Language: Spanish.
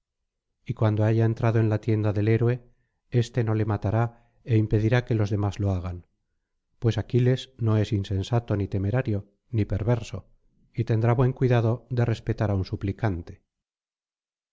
y cuando haya entrado en la tienda del héroe éste no le matará é impedirá que los demás lo hagan pues aquiles no es insensato ni temerario ni perverso y tendrá buen cuidado de respetar á un suplicante